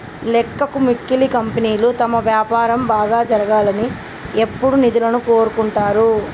లెక్కకు మిక్కిలి కంపెనీలు తమ వ్యాపారం బాగా జరగాలని ఎప్పుడూ నిధులను కోరుకుంటరు